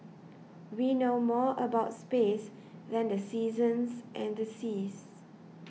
we know more about space than the seasons and the seas